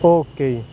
okay ਜੀ